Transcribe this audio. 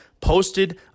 posted